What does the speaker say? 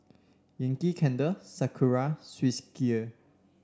Yankee Candle Sakura Swissgear